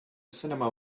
cinema